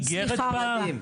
הוצאתם איגרת פעם?